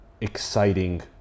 exciting